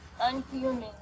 unhuman